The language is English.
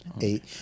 eight